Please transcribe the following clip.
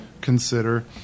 consider